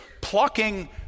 plucking